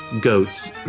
goats